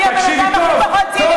אני הבן-אדם הכי פחות ציני,